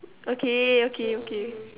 okay okay okay